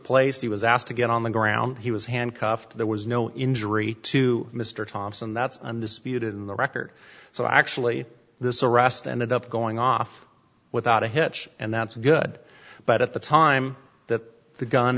place he was asked to get on the ground he was handcuffed there was no injury to mr thompson that's undisputed in the record so actually this arrest ended up going off without a hitch and that's good but at the time that the gun